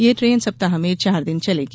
ये ट्रेन सप्ताह में चार दिन चलेगी